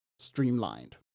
streamlined